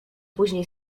później